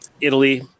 Italy